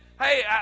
Hey